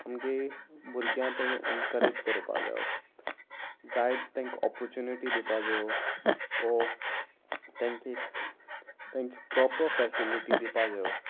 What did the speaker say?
आमगे भुरग्यां तें एनकरेज करपा जायो जायत तेंक ऑपोचुनिटी दिवपा जायो ओर तेंक एक तेंक प्रोपर फेसिलिटी दिवपा जायो